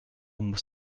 muss